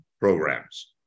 programs